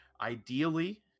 Ideally